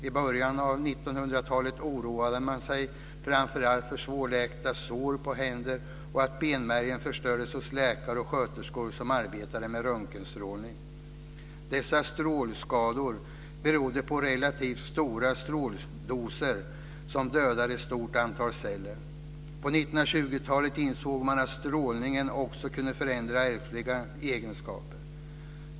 I början av 1900-talet oroade man sig framför allt för svårläkta sår på händerna och för att benmärgen förstördes hos läkare och sköterskor som arbetade med röntgenstrålning. Dessa strålskador berodde på relativt stora stråldoser som dödade ett stort antal celler. På 1920-talet insåg man att strålningen också kan förändra ärftliga egenskaper.